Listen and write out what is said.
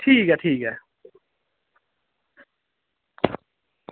ठीक ऐ ठीक ऐ